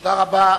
תודה רבה.